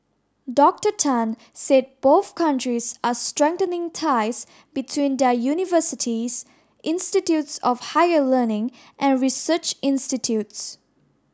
Doctor Tan said both countries are strengthening ties between their universities institutes of higher learning and research institutes